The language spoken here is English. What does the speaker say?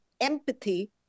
empathy